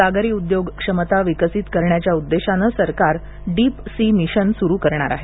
सागरी उद्योग क्षमता विकसित करण्याच्या उद्देशानं सरकार डीप सी मिशन सुरु करणार आहे